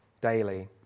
daily